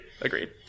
Agreed